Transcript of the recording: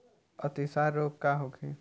अतिसार रोग का होखे?